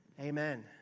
Amen